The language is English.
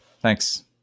Thanks